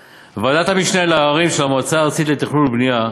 התכנון: ועדת המשנה לעררים של המועצה הארצית לתכנון ולבנייה,